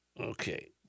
Okay